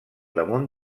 damunt